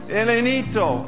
elenito